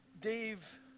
Dave